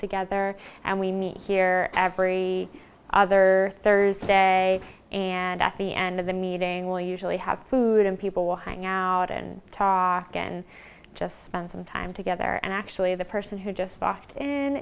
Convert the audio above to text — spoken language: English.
together and we meet here every other thursday and i feed and of the meeting will usually have food and people will hang out and talk and just spend some time together and actually the person who just walked in